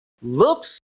looks